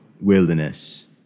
wilderness